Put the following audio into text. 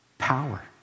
power